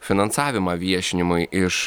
finansavimą viešinimui iš